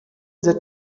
this